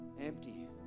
empty